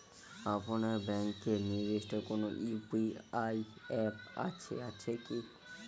আপনার ব্যাংকের নির্দিষ্ট কোনো ইউ.পি.আই অ্যাপ আছে আছে কি?